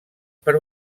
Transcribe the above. per